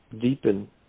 deepen